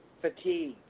fatigue